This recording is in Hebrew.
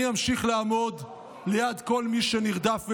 אני אמשיך לעמוד ליד כל מי שנרדף ומותקף,